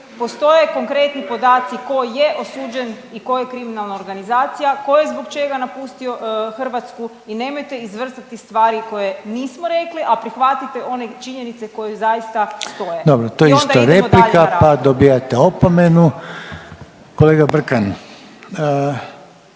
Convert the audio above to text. postoje konkretni podaci tko je osuđen i tko je kriminalna organizacija, tko je zbog čega napustio Hrvatsku i nemojte izvrtati stvari koje nismo rekli, a prihvatite one činjenice koje zaista stoje i onda idemo dalje na raspravu. **Reiner,